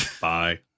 Bye